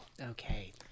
Okay